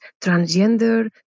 transgender